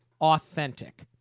authentic